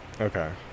Okay